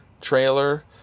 trailer